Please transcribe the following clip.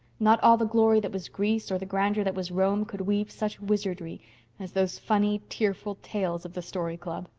not all the glory that was greece or the grandeur that was rome could weave such wizardry as those funny, tearful tales of the story club.